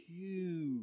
huge